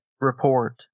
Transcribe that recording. report